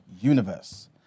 Universe